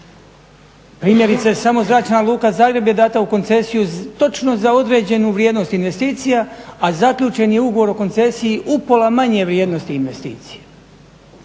Primjerice, samo Zračna luka Zagreba je data u koncesiju točno za određenu vrijednost investicija, a zaključen je ugovor o koncesiji upola manje vrijednosti investicija.